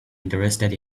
interested